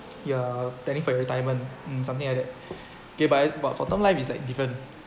you are planning for your retirement mm something like that okay but but for term life is like different